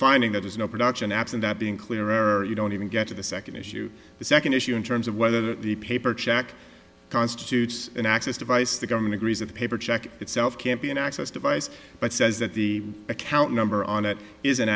finding that is no production absent that being clearer you don't even get to the second issue the second issue in terms of whether the paper check constitutes an access device the government agrees of paper check itself can't be an access device but says that the account number on it is an